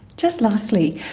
just lastly,